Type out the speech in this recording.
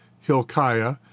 Hilkiah